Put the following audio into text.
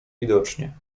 widocznie